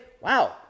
wow